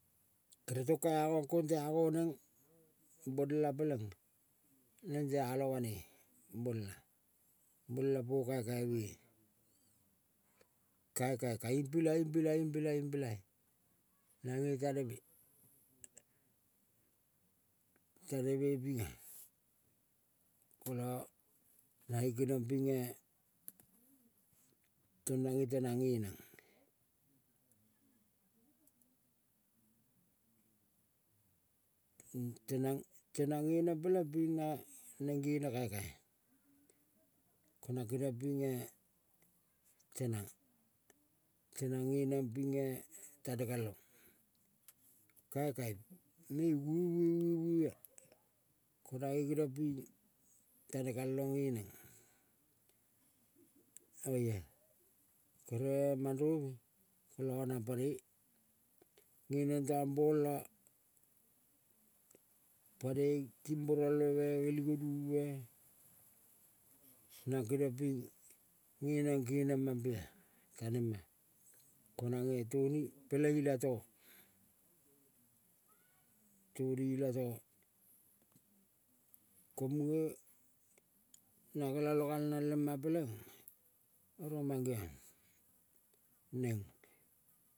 Kere tong ka angang kong tea ginning bonela peleng neng tealong banoi bola. Bola po kakei mea kakai kaing pilai, ing pilai, ing pilai, ing pilai nang taneme. Taneme ipine. Kola nae keniong ping tong nanga tenang nge neng tenang, tenang nge neng peleng pina neng gene kaikai nang keniong pinge tenang. Tenang nge neng pinenge tanekalong kaikai me vue, vue, vue vuea ko nae keniong ping tane kalong ngeneng. Oia kere mandrovi kola nang panoi ngeneng tang bo-ong la. Panoi kimboralveme ngeli gonuvume nang keniong ping nge neng kene mampea konange toni peleng ilatogo. Toni ilatogo ko muge na gelale gal nang lema pelenge oro mangeong meng.